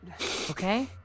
Okay